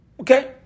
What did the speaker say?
Okay